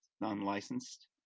Non-licensed